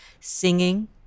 singing